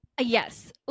Yes